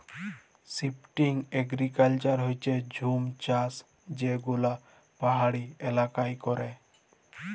shifting agriculture হচ্যে জুম চাষ যে গুলা পাহাড়ি এলাকায় ক্যরে